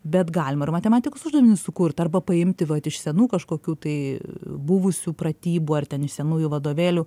bet galima ir matematikos uždavinį sukurt arba paimti vat iš senų kažkokių tai buvusių pratybų ar ten iš senųjų vadovėlių